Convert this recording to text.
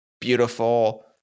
beautiful